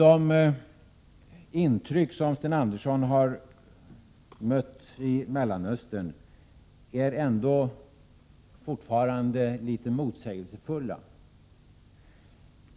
De intryck som Sten Andersson har mött i Mellanöstern är ändå fortfarande litet motsägelsefulla.